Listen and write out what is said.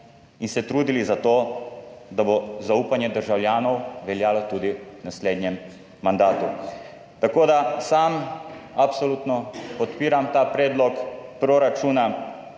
in se trudili za to, da bo zaupanje državljanov veljalo tudi v naslednjem mandatu. Tako da sam absolutno podpiram ta predlog proračuna.